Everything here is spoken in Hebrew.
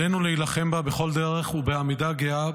ועלינו להילחם בה בכל דרך ובעמידה גאה